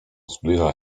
zbliża